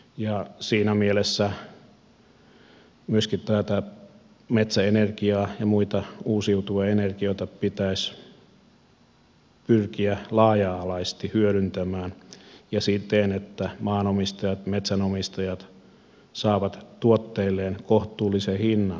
siinä mielessä myöskin metsäenergiaa ja muita uusiutuvia energioita pitäisi pyrkiä laaja alaisesti hyödyntämään ja siten että maanomistajat metsänomistajat saavat tuotteilleen kohtuullisen hinnan